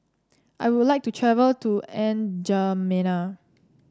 I would like to travel to N Djamena